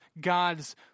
God's